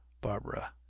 Barbara